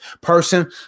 person